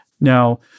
Now